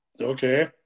Okay